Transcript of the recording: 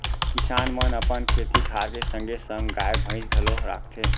किसान मन अपन खेती खार के संगे संग गाय, भईंस घलौ राखथें